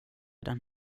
den